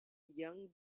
young